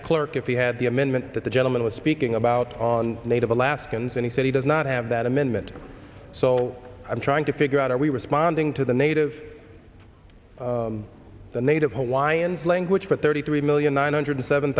the clerk if he had the amendment that the gentleman was speaking about on native alaskans and he said he does not have that amendment so i'm trying to figure out are we responding to the native the native hawaiians language but there are three million nine hundred seven